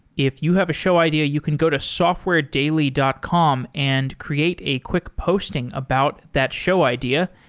if you have a show idea, you can go to softwaredaily dot com and create a quick posting about that show idea,